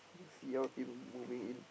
C_L team moving in